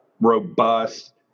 robust